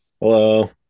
Hello